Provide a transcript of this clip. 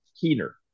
keener